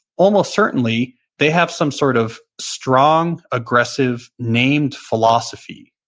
almost certainly they have some sort of strong, aggressive named philosophy,